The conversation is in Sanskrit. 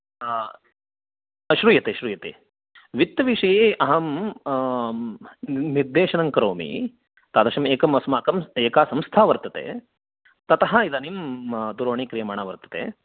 हा श्रूयते श्रूयते वित्तविषये अहं निर्देशनं करोमि तदृशम् एकम् अस्माकं एका संस्था वर्तते ततः इदानीं दूरवाणी क्रियमाणा वर्तते